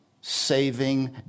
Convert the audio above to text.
saving